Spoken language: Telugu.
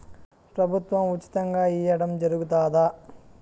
ప్రభుత్వం ఉచితంగా ఇయ్యడం జరుగుతాదా?